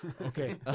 Okay